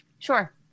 Sure